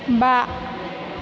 बा